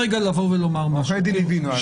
עורכי הדין הבינו.